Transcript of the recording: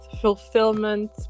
fulfillment